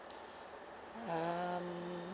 um